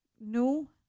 new